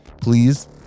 please